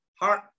Heart